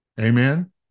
Amen